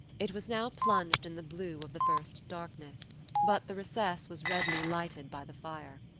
it was now plunged in the blue of the first darkness but the recess was redly lighted by the fire.